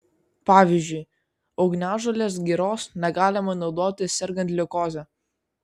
pavyzdžiui ugniažolės giros negalima naudoti sergant leukoze